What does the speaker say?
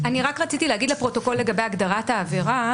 רק רציתי להגיד לפרוטוקול לגבי הגדרת העבירה.